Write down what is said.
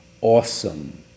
awesome